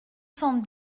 cent